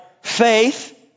faith